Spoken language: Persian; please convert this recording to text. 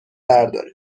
برداره